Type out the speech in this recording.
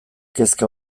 kezka